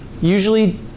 usually